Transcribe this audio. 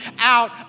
out